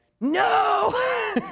no